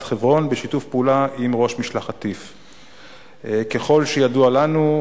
חברון בשיתוף פעולה עם ראש משלחת TIPH. ככל שידוע לנו,